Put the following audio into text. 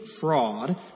fraud